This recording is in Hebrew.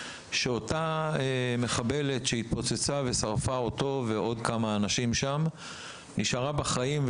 שאותה מחבלת שהתפוצצה ושרפה אותו ועוד כמה אנשים שם נשארה בחיים,